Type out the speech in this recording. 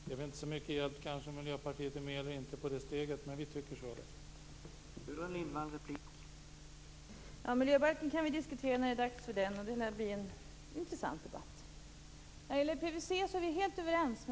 Det kanske inte är så mycket hjälp om Miljöpartiet är med på det steget, men vi tycker så här i alla fall.